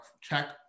check